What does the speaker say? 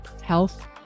health